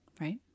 Right